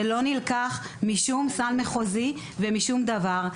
זה לא נלקח משום סל מחוזי ומשום דבר.